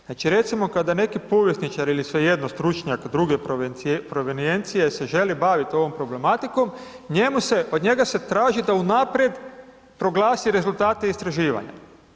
Znači, recimo kada neki povjesničar ili svejedno stručnjak druge proveniencije se želi bavit ovom problematikom, od njega se traži da unaprijed proglasi rezultate istraživanja.